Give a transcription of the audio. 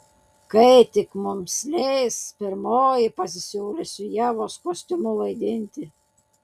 kai tik mums leis pirmoji pasisiūlysiu ievos kostiumu vaidinti